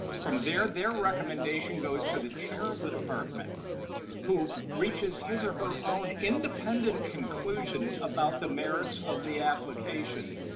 from there their recommendation goes to the chair of the department who reaches his or her own independent conclusions about the merits of the application,